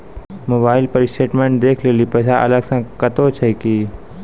Mobile पर statement देखे लेली पैसा अलग से कतो छै की?